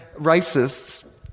racists